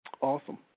Awesome